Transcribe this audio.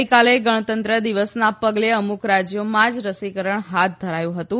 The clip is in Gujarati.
ગઇકાલે ગણતંત્ર દિવસના પગલે અમુક રાજયોમાંજ રસીકરણ હાથ ધરાયું હતું